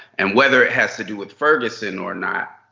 and whether it has to do with ferguson or not